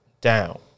down